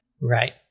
Right